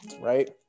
right